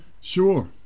Sure